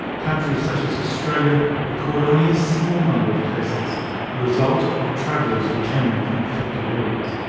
countries such as australia record only a small number of cases the result of travellers returning from affected areas.